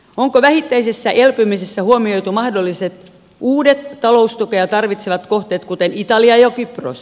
onko vähittäisessä elpymisessä huomioitu mahdolliset uudet taloustukea tarvitsevat kohteet kuten italia ja kypros